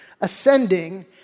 ascending